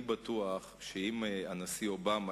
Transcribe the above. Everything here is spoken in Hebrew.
אני בטוח שאם הנשיא אובמה,